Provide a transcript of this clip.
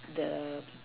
the